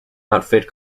outfit